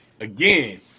again